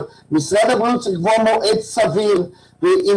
אבל משרד הבריאות צריך לקבוע מועד סביר עם